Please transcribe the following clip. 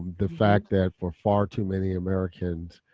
the fact that for far too many americans,